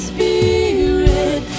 Spirit